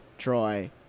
Troy